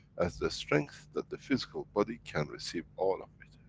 as the strength that the physical body can receive all of it.